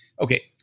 okay